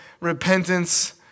repentance